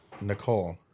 Nicole